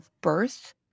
birth